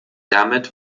damit